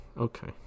Okay